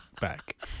back